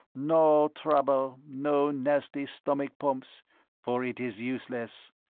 no trouble, no nasty stomach-pumps for it is useless.